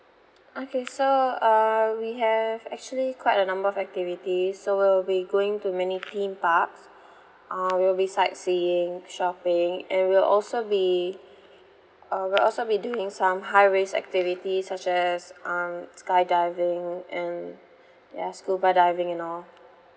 okay so err we have actually quite a number of activities so we'll be going to many theme parks uh we'll be sightseeing shopping and we'll also be uh we'll also be doing some high risk activities such as um skydiving and ya scuba diving and all